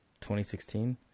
2016